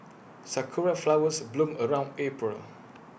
Sakura Flowers bloom around April